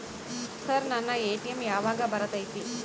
Sir ನನ್ನ ATM ಯಾವಾಗ ಬರತೈತಿ?